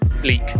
bleak